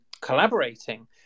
collaborating